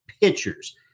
pitchers